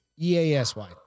E-A-S-Y